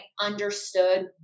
understood